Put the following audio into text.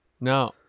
No